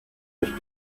mich